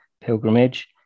pilgrimage